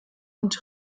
und